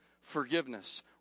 forgiveness